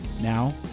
Now